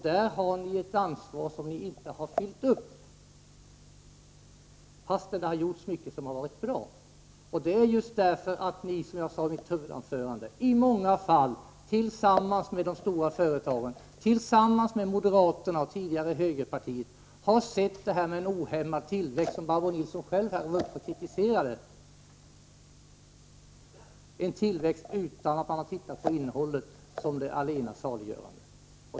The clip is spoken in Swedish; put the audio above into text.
Där har ni ett ansvar, som ni inte har levt upp till fastän mycket har gjorts som varit bra. Som jag sade i mitt huvudanförande har ni i många fall tillsammans med storföretagen samt moderaterna och tidigare högerpartiet sett en ohämmad tillväxt — något som Barbro Nilsson själv kritiserade — såsom det allena saliggörande utan någon tanke på innehållet.